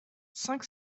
cinq